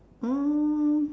um